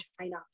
China